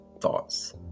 thoughts